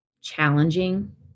challenging